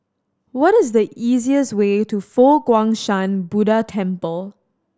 what is the easiest way to Fo Guang Shan Buddha Temple